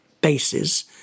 bases